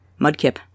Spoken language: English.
Mudkip